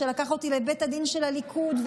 שלקח אותי לבית הדין של הליכוד,